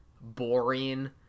boring